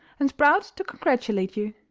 and proud to congratulate you.